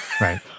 Right